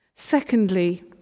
Secondly